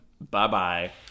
bye-bye